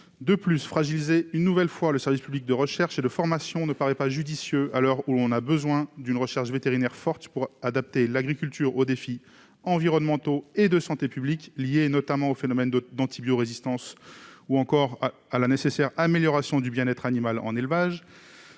d'accueil. Fragiliser une nouvelle fois le service public de recherche et de formation ne paraît pas judicieux, à l'heure où l'on a besoin d'une recherche vétérinaire forte pour adapter l'agriculture aux défis environnementaux et de santé publique, qui sont liés notamment à l'antibiorésistance et à la nécessaire amélioration du bien-être animal en élevage.